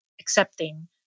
accepting